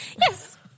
Yes